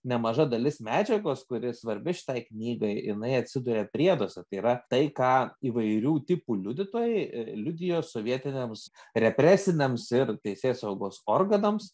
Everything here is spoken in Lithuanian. nemaža dalis medžiagos kuri svarbi šitai knygai jinai atsiduria prieduose tai yra tai ką įvairių tipų liudytojai liudijo sovietiniams represiniams ir teisėsaugos organams